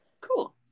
cool